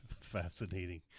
fascinating